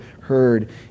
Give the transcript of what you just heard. heard